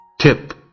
tip